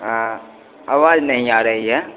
हाँ आवाज़ नहीं आ रही है